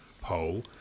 poll